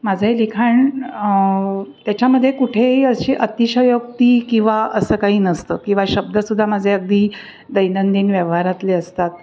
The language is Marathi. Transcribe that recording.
माझं हे लिखाण त्याच्यामध्ये कुठेही अशी अतिशयोक्ती किंवा असं काही नसतं किंवा शब्दसुद्धा माझे अगदी दैनंदिन व्यवहारातले असतात